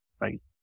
right